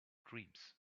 dreams